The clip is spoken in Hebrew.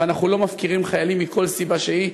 ואנחנו לא מפקירים חיילים מכל סיבה שהיא.